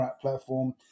platform